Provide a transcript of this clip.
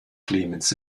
clemens